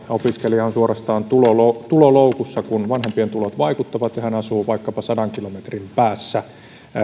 opiskelija on suorastaan tuloloukussa tuloloukussa kun vanhempien tulot vaikuttavat ja hän asuu vaikkapa sadan kilometrin päässä